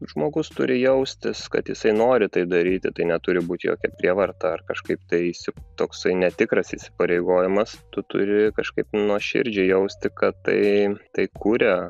žmogus turi jaustis kad jisai nori tai daryti tai neturi būti jokia prievarta ar kažkaip tai toksai netikras įsipareigojimas tu turi kažkaip nuoširdžiai jausti kad tai tai kuria